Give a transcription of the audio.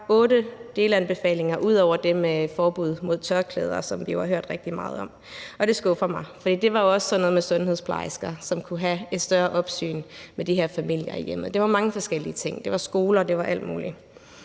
delanbefalinger ud over det med forbud mod tørklæder, som vi jo har hørt rigtig meget om. Det skuffer mig, at man ikke har gjort det, for det handlede bl.a. om sundhedsplejersker, som kunne have et større opsyn med de her familier i hjemmet. Det var mange forskellige ting. Det var skoler, og det var